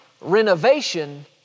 renovation